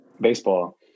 baseball